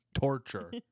torture